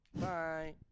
Bye